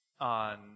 on